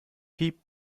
piep